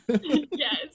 Yes